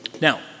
Now